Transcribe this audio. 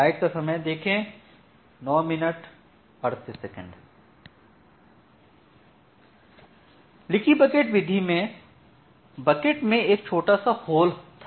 leaky bucket विधि में bucket में एक छोटा सा होल था